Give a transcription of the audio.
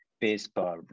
baseball